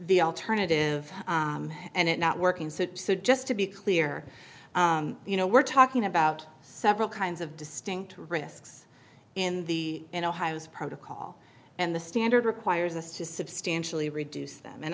the alternative and it not working so just to be clear you know we're talking about several kinds of distinct risks in the in ohio's protocol and the standard requires us to substantially reduce